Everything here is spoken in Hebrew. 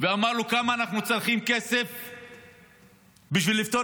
ואמר לו כמה כסף אנחנו צריכים בשביל לפתור